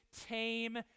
tame